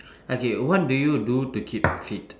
okay what do you do to keep fit